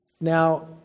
now